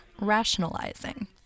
rationalizing